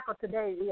today